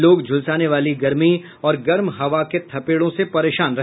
लोग झुलसाने वाली गर्मी और गर्म हवा के थपेड़ों से परेशान रहे